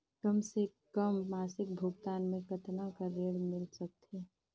कम से कम मासिक भुगतान मे कतना कर ऋण मिल सकथे?